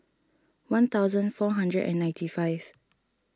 one thousand four hundred and ninety five